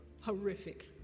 horrific